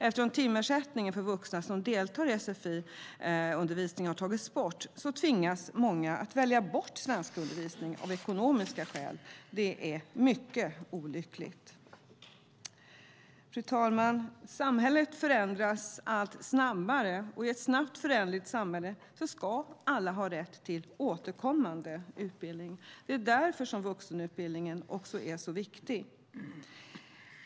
Eftersom timersättningen för vuxna som deltar i sfi-undervisning har tagits bort tvingas många att välja bort svenskundervisning av ekonomiska skäl. Det är mycket olyckligt. Fru talman! Samhället förändras allt snabbare, och i ett snabbt föränderligt samhälle ska alla ha rätt till återkommande utbildning. Det är därför som vuxenutbildningen är så viktig.